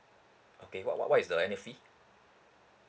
okay what what what is the annual fee